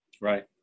Right